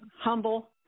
humble